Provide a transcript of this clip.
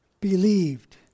believed